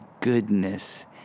goodness